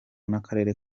n’akarere